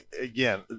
Again